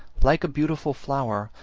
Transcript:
like a beautiful flower,